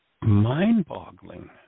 mind-boggling